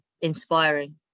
inspiring